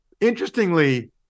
interestingly